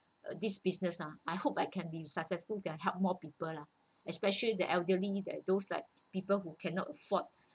this business ah I hope I can be successful that I help more people lah especially the elderly that those like people who cannot afford